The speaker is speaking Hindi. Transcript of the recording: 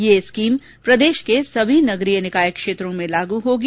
यह स्कीम प्रदेश के सभी नगरीय निकाय क्षेत्रों में लागू होगी